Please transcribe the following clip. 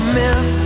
miss